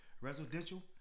residential